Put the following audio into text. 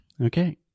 Okay